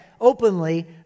openly